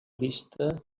vista